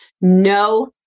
No